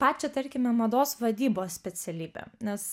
pačią tarkime mados vadybos specialybę nes